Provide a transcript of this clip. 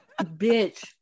bitch